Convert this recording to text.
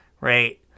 right